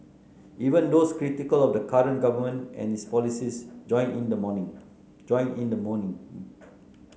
even those critical of the current government and its policies join in the mourning join in the mourning